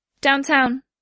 Downtown